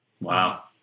Wow